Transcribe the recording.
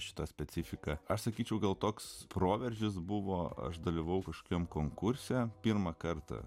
šita specifika aš sakyčiau gal toks proveržis buvo uždavė vokiškam konkurse pirmą kartą